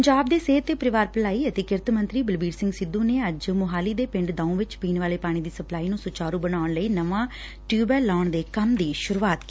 ਪੰਜਾਬ ਦੇ ਸਿਹਤ ਤੇ ਪਰਿਵਾਰ ਭਲਾਈ ਅਤੇ ਕਿਰਤ ਮੰਤਰੀ ਬਲਬੀਰ ਸਿੰਘ ਸਿੱਧੁ ਨੇ ਅੱਜ ਮੁਹਾਲੀ ਦੇ ਪਿੰਡ ਦਾਊ ਵਿੱਚ ਪੀਣ ਵਾਲੇ ਪਾਣੀ ਦੀ ਸਪਲਾਈ ਨੂੰ ਸੁਚਾਰੂ ਬਣਾਉਣ ਲਈ ਨਵਾਂ ਟਿਊਬਵੈੱਲ ਲਾਉਣ ਦੇ ਕੰਮ ਦੀ ਸੁਰੂਆਤ ਕਰਵਾਈ